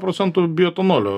procentų bioetanolio